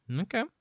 Okay